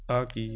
ਆ ਕੀ